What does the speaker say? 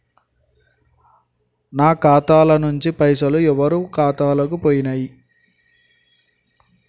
నా ఖాతా ల నుంచి పైసలు ఎవరు ఖాతాలకు పోయినయ్?